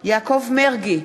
יעקב מרגי,